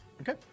Okay